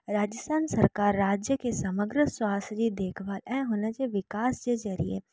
राजस्थान सरकारु राज्य खे समग्र स्वास जी देखभालु ऐं हुन जे विकास जे ज़रिए